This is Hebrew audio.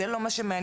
זה לא מה שמעניין,